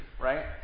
right